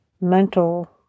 mental